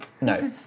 No